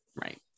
Right